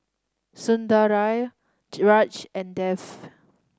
Sundaraiah Raj and Dev